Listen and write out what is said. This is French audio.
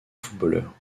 footballeur